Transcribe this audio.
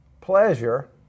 pleasure